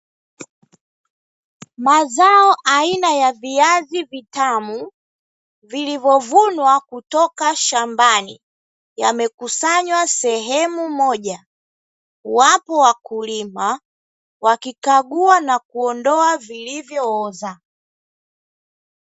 Mazao aina ya viazi vitamu vilivyovunwa kutoka shambani yamekusanywa sehemu moja, wapo wakulima wakikagua na kuondoa vilivyooza.